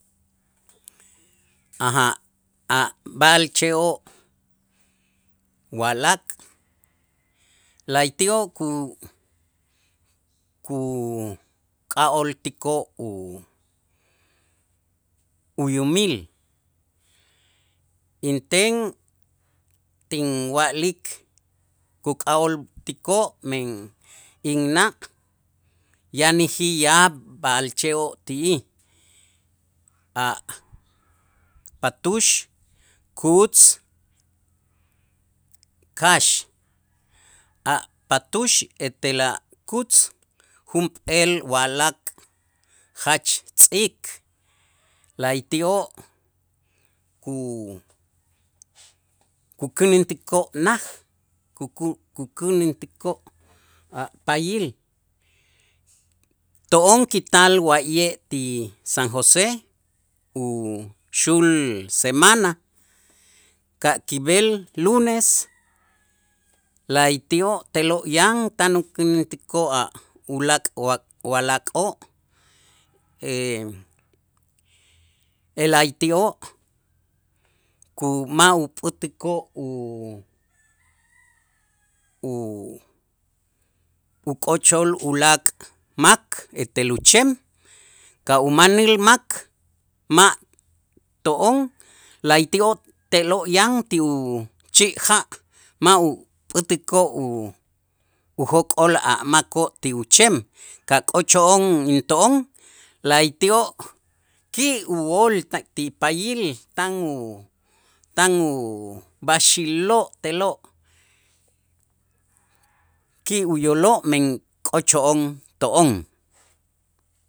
A' b'a'alche'oo' walak' la'ayti'oo' ku- kuk'a'ooltikoo' u- uyumil inten tinwa'lik kuk'a'ooltikoo' men inna', yanäjij yaab' b'a'alche'oo' ti'ij a' patux, kutz, kax, a' patux etel a' kutz junp'eel walak' jach tz'ik, la'ayti'oo' ku- kukänäntikoo' naj ku- kukänäntikoo' a' paayil, to'on kital wa'ye' ti San José uxul semana ka' kib'el lunes la'ayti'oo' te'lo' yan tan ukänäntikoo' a' ulaak walak'oo' la'ayti'oo' ku ma' upät'ikoo' u- u- uk'ochol ulaak' mak etel uchem ka' umanil mak ma' to'on la'ayti'oo' te'lo' yan ti uchi' ja' ma' upät'ikoo' u- ujok'ol a' makoo' ti uchem kak'ocho'on into'on la'ayti'oo' ki' ool ti paayil tan u tan ub'axäloo' te'lo' ki' uyooloo' men k'ocho'on to'on.